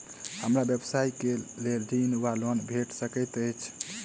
हमरा व्यवसाय कऽ लेल ऋण वा लोन भेट सकैत अछि?